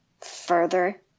further